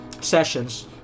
sessions